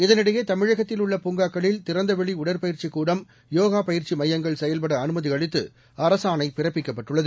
இதனிடையே தமிழகத்தில் உள்ள பூங்காக்களில் திறந்த வெளி உடற்பயிற்சிக் கூடம் யோகா பயிற்சி மையங்கள் செயல்பட அனுமதி அளித்து அரசாணை பிறப்பிக்கப்பட்டுள்ளது